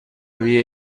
روی